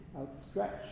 outstretched